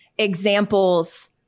examples